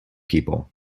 people